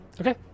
Okay